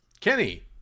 kenny